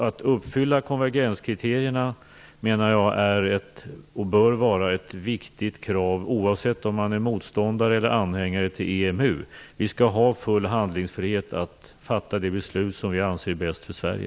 Att uppfylla konvergenskriterierna är, och bör vara, ett viktigt krav vare sig man är motståndare eller anhängare till EMU. Vi skall ha full frihet att fatta det beslut som vi anser vara bäst för Sverige.